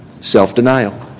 Self-denial